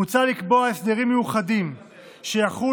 מוצע לקבוע הסדרים מיוחדים שיחולו